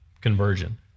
conversion